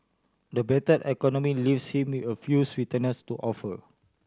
the battered economy leaves him a few sweeteners to offer